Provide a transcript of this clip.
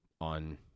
on